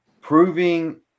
proving